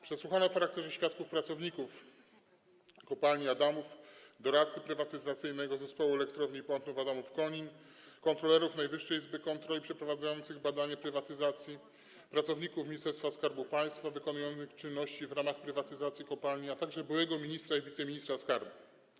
Przesłuchano w charakterze świadków pracowników kopalni Adamów, doradcę prywatyzacyjnego Zespołu Elektrowni Pątnów-Adamów-Konin, kontrolerów Najwyższej Izby Kontroli przeprowadzających badanie dotyczące prywatyzacji, pracowników Ministerstwa Skarbu Państwa dokonujących czynności w ramach prywatyzacji kopalni, a także byłego ministra skarbu i byłego wiceministra skarbu.